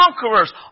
conquerors